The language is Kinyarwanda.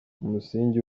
umusingi